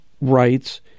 rights